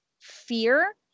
fear